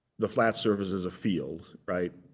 the flat surface is a field. right?